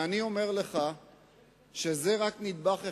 אני אומר לך שזה רק נדבך אחד.